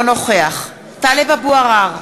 אינו נוכח טלב אבו עראר,